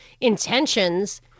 intentions